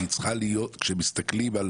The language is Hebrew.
כי כשמסתכלים על